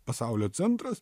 pasaulio centras